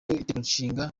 itegekonshinga